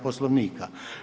Poslovnika.